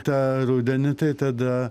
tą rudenį tai tada